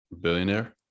Billionaire